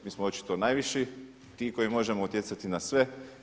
Mi smo očito najviši ti koji možemo utjecati na sve.